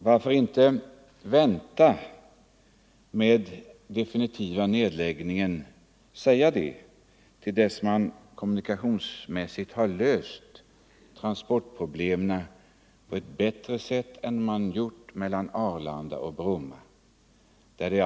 Varför kan han inte säga, att man skall vänta med nedläggningen av Bromma flygplats till dess att transportproblemen mellan Arlanda och centrum har lösts på ett bättre sätt?